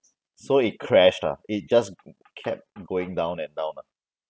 so it crashed lah it just kept going down and down ah